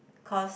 cause